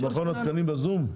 מכון התקנים בזום?